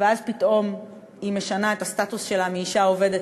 אז פתאום היא משנה את הסטטוס שלה מאישה עובדת